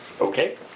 Okay